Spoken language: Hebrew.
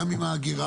גם עם האגירה,